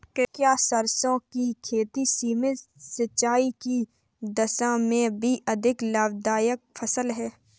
क्या सरसों की खेती सीमित सिंचाई की दशा में भी अधिक लाभदायक फसल है?